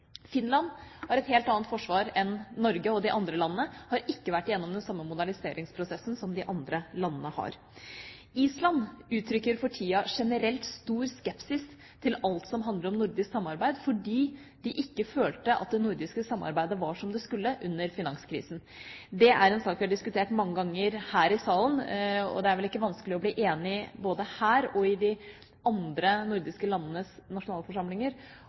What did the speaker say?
Finland har et helt annet forsvar enn Norge og de andre landene. De har ikke vært igjennom den samme moderniseringsprosessen som de andre landene har. Island uttrykker for tida generelt stor skepsis til alt som handler om nordisk samarbeid, fordi de ikke følte at det nordiske samarbeidet var som det skulle under finanskrisen. Det er en sak vi har diskutert mange ganger her i salen, og det er ikke vanskelig å bli enige om, verken her eller i de andre nordiske landenes nasjonalforsamlinger,